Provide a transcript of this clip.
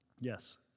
Yes